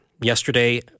Yesterday